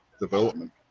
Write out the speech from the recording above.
development